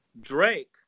Drake